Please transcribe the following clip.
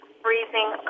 freezing